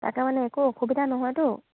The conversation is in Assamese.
তাকে মানে একো অসুবিধা নহয়তো